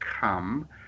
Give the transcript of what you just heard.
Come